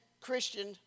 Christian